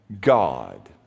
God